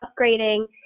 upgrading